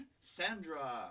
Sandra